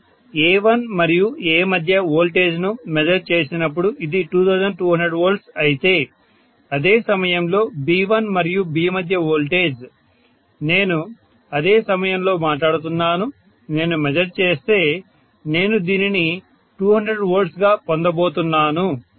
నేను A1మరియు A మధ్య వోల్టేజ్ను మెజర్ చేసినప్పుడు ఇది 2200V అయితే అదే సమయంలో B1మరియు B మధ్య వోల్టేజ్ నేను అదే సమయంలో మాట్లాడుతున్నాను నేను మెజర్ చేస్తే నేను దీనిని 200Vగా పొందబోతున్నాను